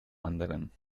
anderen